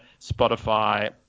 Spotify